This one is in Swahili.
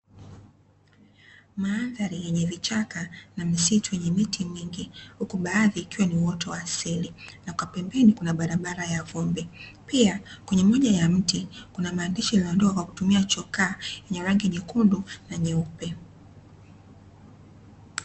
Mandhari yenye vichaka na misitu yenye miti mingi, huku baadhi ikiwa na uoto wa asili na kwa pambeni ni barabara ya vumbi pia kwenye moja ya mti kuna maandishi yaliyoandikwa kwa kutumia chokaa yenye rangi nyekundu na nyeupe.